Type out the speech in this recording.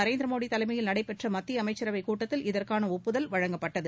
நரேந்திரமோடி தலைமயில் நடைபெற்ற மத்திய அமைச்சரவைக் கூட்டத்தில் இதற்கான ஒப்புதல் வழங்கப்பட்டது